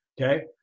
okay